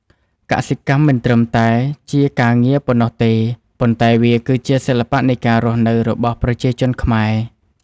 កសិកម្មមិនត្រឹមតែជាការងារប៉ុណ្ណោះទេ ប៉ុន្តែវាគឺជាសិល្បៈនៃការរស់នៅរបស់ប្រជាជនខ្មែរ។